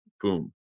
boom